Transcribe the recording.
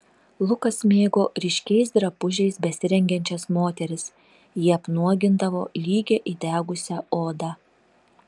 lukas mėgo ryškiais drabužiais besirengiančias moteris jie apnuogindavo lygią įdegusią odą